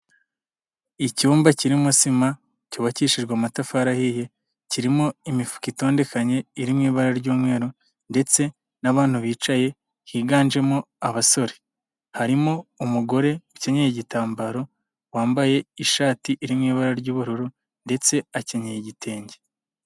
Icyumba kirimo sima cyubakishijwe amatafari ahiye kirimo imifuka itondetse iri mu ibara ry'umweru ndetse n'abantu bicaye higanjemo abasore. Harimo umugore ukenyeye igitambaro wambaye ishati iri mu ibara ry'ubururu ndetse akenyeye igitenge.